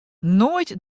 noait